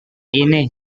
ini